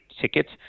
tickets